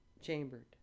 chambered